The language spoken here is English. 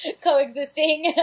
coexisting